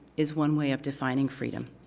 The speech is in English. is one way of defining freedom.